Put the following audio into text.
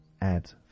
add